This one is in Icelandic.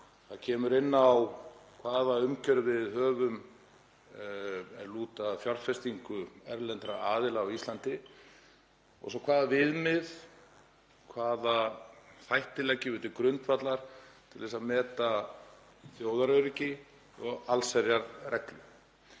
Það kemur inn á hvaða umgjörð við höfum sem lýtur að fjárfestingu erlendra aðila á Íslandi og svo hvaða viðmið, hvaða þætti við leggjum til grundvallar til að meta þjóðaröryggi og allsherjarreglu.